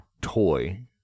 toy